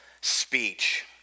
speech